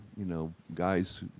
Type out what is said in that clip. you know, guys